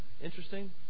interesting